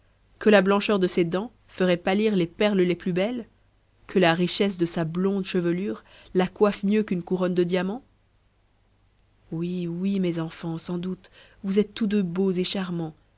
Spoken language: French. que la blancheur de ses dents ferait pâlir les perles les plus belles que la richesse de sa blonde chevelure la coiffe mieux qu'une couronne de diamants oui oui mes enfants sans doute vous êtes tous deux beaux et charmants